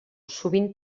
sovint